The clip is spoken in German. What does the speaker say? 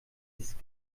ist